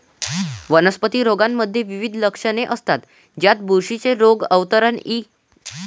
वनस्पती रोगांमध्ये विविध लक्षणे असतात, ज्यात बुरशीचे आवरण इ